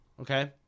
okay